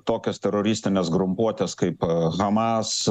tokios teroristinės grumpuotės kaip hamas